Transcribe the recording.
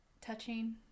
touching